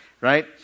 right